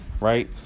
right